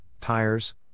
tires